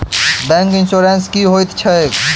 Bank insurance की होइत छैक?